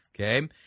okay